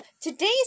today's